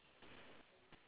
mm oh okay okay